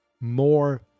more